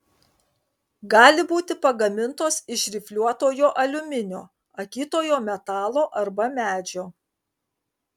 gali būti pagamintos iš rifliuotojo aliuminio akytojo metalo arba medžio